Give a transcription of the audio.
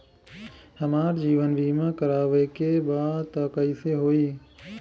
हमार जीवन बीमा करवावे के बा त कैसे होई?